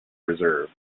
reserve